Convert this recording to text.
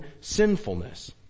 sinfulness